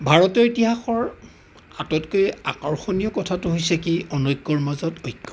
ভাৰতীয় ইতিহাসৰ আটাইতকৈ আকৰ্ষণীয় কথাটো হৈছে কি এই অনৈক্যৰ মাজত ঐক্য